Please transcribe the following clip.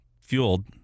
fueled